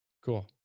Cool